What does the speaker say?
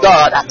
God